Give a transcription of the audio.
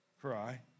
cry